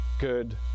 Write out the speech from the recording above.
good